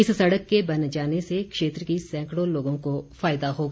इस सड़क के बन जाने से क्षेत्र के सैंकड़ों लोगों को फायदा होगा